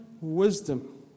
wisdom